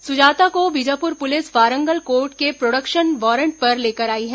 सुजाता को Bijapur police Warangal court से production warrant पर लेकर आई है